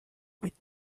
with